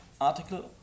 article